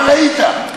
מה ראית?